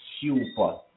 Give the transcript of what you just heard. super